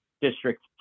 District